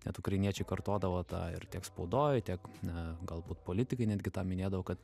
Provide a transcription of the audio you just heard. net ukrainiečiai kartodavo tą ir tiek spaudoj tiek na galbūt politikai netgi minėdavo kad